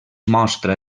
mostra